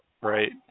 right